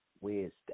Wednesday